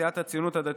סיעת הציונות הדתית,